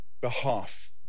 behalf